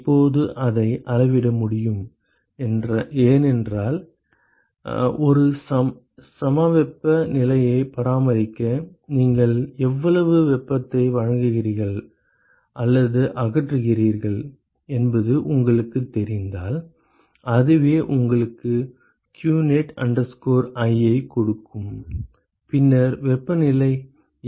இப்போது அதை அளவிட முடியும் ஏனென்றால் ஒரு சமவெப்ப நிலையை பராமரிக்க நீங்கள் எவ்வளவு வெப்பத்தை வழங்குகிறீர்கள் அல்லது அகற்றுகிறீர்கள் என்பது உங்களுக்குத் தெரிந்தால் அதுவே உங்களுக்கு qnet i ஐக் கொடுக்கும் பின்னர் வெப்பநிலை என்ன என்பதைக் கொடுக்கலாம்